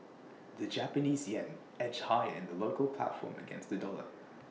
the Japanese Yen edged higher in the local platform against the dollar